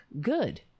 good